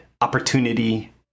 opportunity